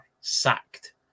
sacked